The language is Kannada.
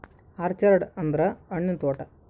ಆರ್ಚರ್ಡ್ ಅಂದ್ರ ಹಣ್ಣಿನ ತೋಟ